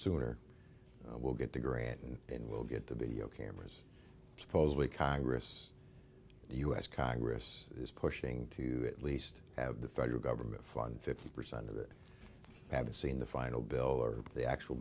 sooner we'll get the grant and then we'll get the video cameras supposedly congress us congress is pushing to at least have the federal government fund fifty percent of it haven't seen the final bill or the actual